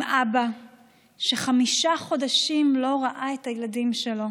אבא שחמישה חודשים לא ראה את הילדים שלו,